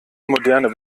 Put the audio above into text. moderne